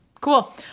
cool